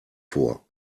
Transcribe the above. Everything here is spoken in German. vor